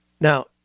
Now